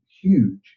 huge